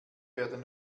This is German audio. werden